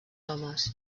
homes